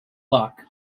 luck